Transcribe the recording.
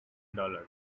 dollars